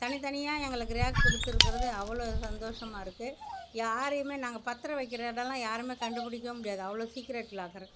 தனித்தனியாக எங்களுக்கு ரேக் கொடுத்துருக்குறது அவ்வளோ சந்தோஷமா இருக்குது யாரையுமே நாங்கள் பத்திரம் வைக்கிற இடம்லாம் யாருமே கண்டுபிடிக்கவே முடியாது அவ்வளோ சீக்ரட் லாக்கரு